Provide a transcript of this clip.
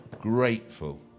grateful